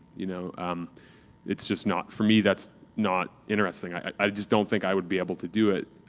you know um it's just not for me, that's not interesting, i just don't think i would be able to do it.